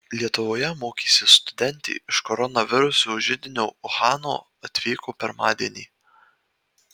lietuvoje mokysis studentė iš koronaviruso židinio uhano atvyko pirmadienį